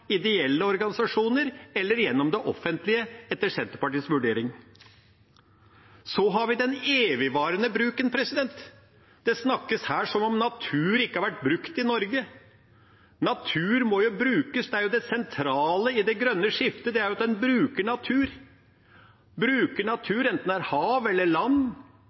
ideelle organisasjoner eller gjennom det offentlige, etter Senterpartiets vurdering. Så har vi den evigvarende bruken. Det snakkes her som om natur ikke har vært brukt i Norge. Natur må jo brukes. Det er jo det sentrale i det grønne skiftet at en bruker natur, bruker natur enten det er hav eller land,